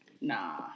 Nah